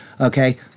okay